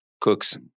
cooks